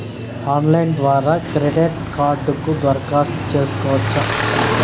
Online ద్వారా credit కార్డుకు దరఖాస్తు సేసుకోవచ్చా?